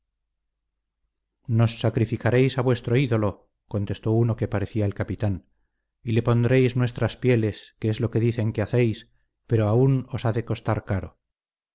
nos sacrificaréis a vuestro ídolo contestó uno que parecía el capitán y le pondréis nuestras pieles que es lo que dicen que hacéis pero aún os ha de costar caro